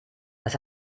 das